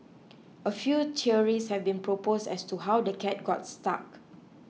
a few theories have been proposed as to how the cat got stuck